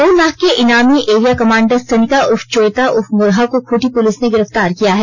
दो लाख के इनामी एरिया कमांडर सनिका उर्फ चोयता उर्फ मोरहा को खूँटी पुलिस ने गिरफ्तार किया है